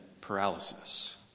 paralysis